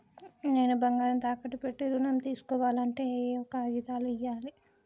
నేను బంగారం తాకట్టు పెట్టి ఋణం తీస్కోవాలంటే ఏయే కాగితాలు ఇయ్యాలి?